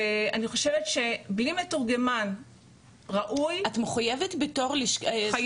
ואני חושבת שבלי מתורגמן ראוי --- את מחויבת בתור לשכה במתורגמן?